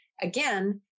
Again